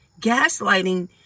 gaslighting